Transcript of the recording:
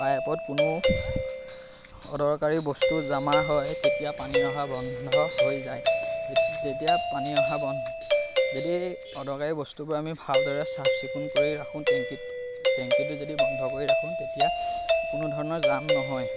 পাইপত কোনো অদৰকাৰী বস্তু জমা হয় তেতিয়া পানী অহা বন্ধ হৈ যায় যেতিয়া পানী অহা বন্ধ যদি অদৰকাৰী বস্তুবোৰ আমি ভালদৰে চাফ চিকুণ কৰি ৰাখোঁ টেংকীত টেংকিটো যদি বন্ধ কৰি ৰাখোঁ তেতিয়া কোনো ধৰণৰ জাম নহয়